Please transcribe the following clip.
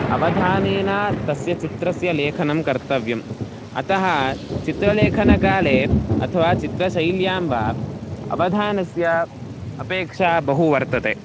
अवधानेन तस्य चित्रस्य लेखनं कर्तव्यम् अतः चित्रलेखनकाले अथवा चित्रशैल्यां वा अवधानस्य अपेक्षा बहु वर्तते